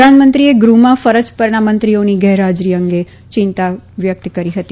પ્રધાનમંત્રીએ ગૃહમાં ફરજ પરના મંત્રીઓની ગેરહાજરી અંગે ચિંતા વ્યકત દર્શાવી હતી